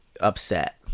upset